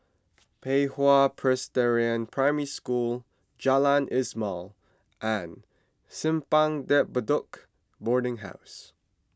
Pei Hwa Presbyterian Primary School Jalan Ismail and Simpang De Bedok Boarding House